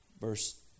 verse